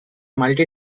multi